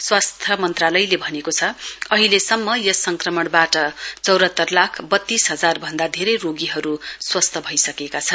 स्वास्थ्य मन्त्रालयले भनेको छ अहिलेसम्म यस संक्रमणवाट चौरात्तर लाख वत्तीस हजार भन्दा धेरै रोगीहरु स्वस्थ भइसकेका छन्